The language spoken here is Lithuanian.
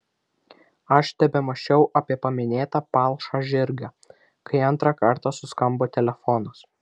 aš tebemąsčiau apie paminėtą palšą žirgą kai antrą kartą suskambo telefonas